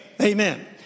Amen